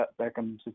Beckham